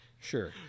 Sure